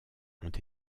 ont